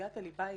סוגית הליבה היא